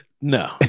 No